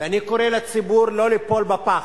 ואני קורא לציבור לא ליפול בפח.